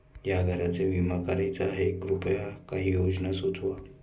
या घराचा विमा करायचा आहे कृपया काही योजना सुचवा